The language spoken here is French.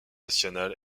national